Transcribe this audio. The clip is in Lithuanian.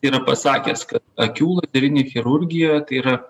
yra pasakęs ka akių lazerinė chirurgija yra